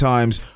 Times